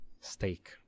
Steak